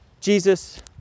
Jesus